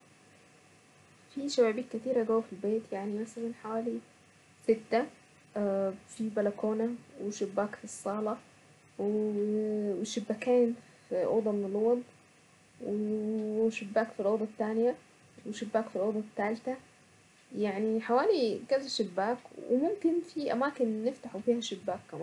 في شبابيك كتيرة جوة في البيت يعني مثلا حوالي ستة وفي بلكونة وشباك في الصالة وشباكين في اوضة من الاوض وشباك في الاوضة التانية وشباك في الاوضة التالتة يعني حوالي كذا شباك وممكن في أماكن يفتحوا فيها شباك كمان.